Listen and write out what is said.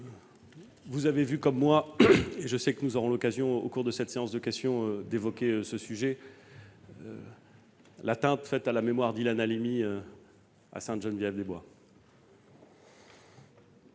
Vous avez vu, comme moi, et je sais que nous aurons l'occasion au cours de cette séance de questions d'évoquer ce sujet, l'atteinte faite à la mémoire d'Ilan Halimi à Sainte-Geneviève-des-Bois.